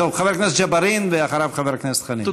חבר הכנסת ג'בארין, ואחריו, חבר הכנסת חנין.